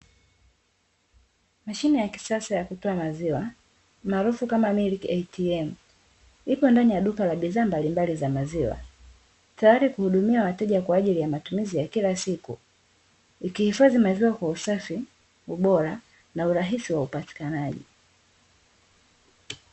Mashine ya kisasa ya kutoa maziwa maarufu kama "milk ATM", ipo ndani ya duka la bidhaa mbalimbali za maziwa, tayari kuhudumia wateja kwa ajili ya mahitaji ya kila siku, ikihifadhi maziwa kwa usafi, ubora na urahisi wa upatikanaji.